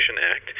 Act